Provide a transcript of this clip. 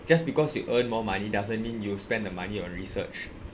just because you earn more money doesn't mean you spend the money on research